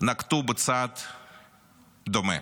נקטו צעד דומה.